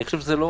אני חושב שזה לא